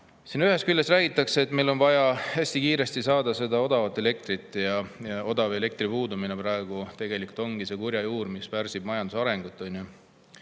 Ühest küljest räägitakse, et meil on vaja hästi kiiresti saada odavat elektrit, et odava elektri puudumine praegu tegelikult ongi see kurja juur, mis pärsib majanduse arengut.